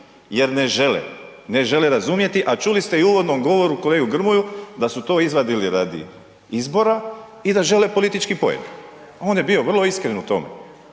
Jer ne žele. Ne žele razumjeti, a čuli ste i u uvodnom govoru kolegu Grmoju da su to izvadili radi izbora i da žele politički poen. On je bio vrlo iskren u tome.